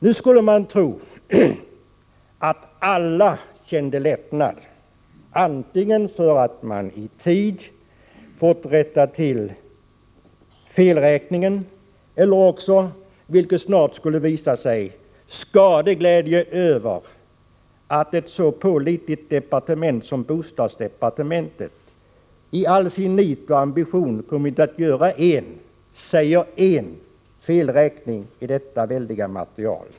Nu skulle man tro att alla antingen kände lättnad för att man i tid fått rättat till felräkningen eller också — vilket snart skulle visa sig — skadeglädje över att ett så pålitligt departement som bostadsdepartementet i allt sitt nit och med sina ambitioner kommit att göra en, säger en, felräkning i detta väldiga material.